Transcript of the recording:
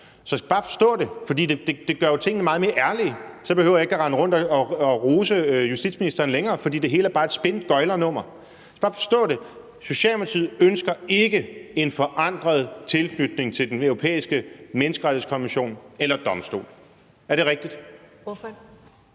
bare forstå en ting, for det gør jo tingene meget mere ærlige, og så behøver jeg ikke længere rende rundt og rose justitsministeren, for det hele er bare et spin, et gøglernummer. Jeg skal bare forstå det: Socialdemokratiet ønsker ikke en forandret tilknytning til Den Europæiske Menneskerettighedskonvention eller -domstol. Er det rigtigt?